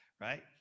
Right